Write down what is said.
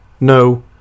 no